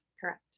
Correct